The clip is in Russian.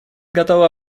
готова